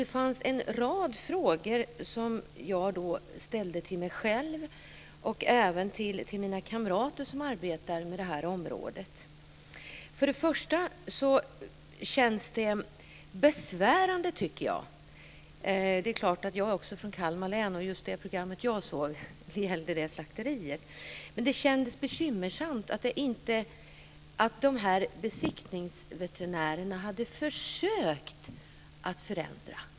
Jag ställde då en rad frågor till mig själv och även till mina kamrater som arbetar inom det här området. Jag är från Kalmar län, och just det program som jag såg gällde ett slakteri där. Det känns bekymmersamt att de här besiktningsveterinärerna hade försökt förändra.